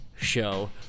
show